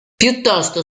piuttosto